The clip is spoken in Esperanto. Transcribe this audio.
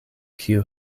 kiu